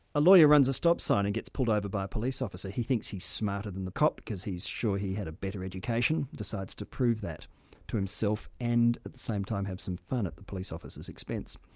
a lawyer runs a stop sign and gets pulled over by a police officer. he thinks he's smarter than the cop because he's sure he had a better education decides to prove that to himself, and at the same time, have some fun at the police officer's expense.